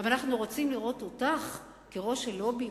אבל אנחנו רוצים לראות אותך כראש של לובי,